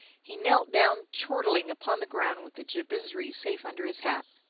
he knelt down, chortling, upon the ground with the jabizri safe under his hat.